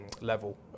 level